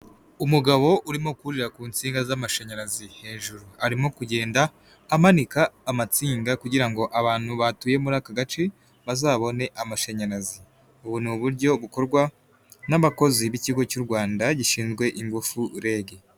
Umugabo urimo kuririra ku nsinga z'amashanyarazi hejuru, arimo kugenda amanika amatsinga kugira ngo abantu batuye muri aka gace bazabone amashanyarazi, ubu ni uburyo bukorwa n'abakozi b'ikigo cy'u Rwanda gishinzwe ingufu REG.